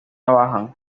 bajan